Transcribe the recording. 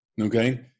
Okay